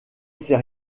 sait